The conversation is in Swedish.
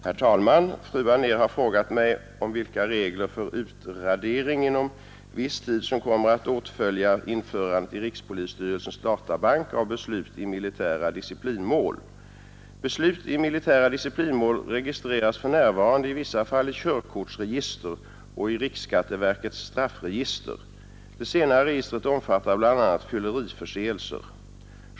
Herr talman! Fru Anér har frågar mig vilka regler för utradering inom viss tid som kommer att åtfölja införandet i rikspolisstyrelsens databank av beslut i militära disciplinmål. Beslut i militära disciplinmål registreras för närvarande i vissa fall i körkortsregister och i riksskatteverkets straffregister. Det senare registret omfattar bl.a. fylleriförseelser.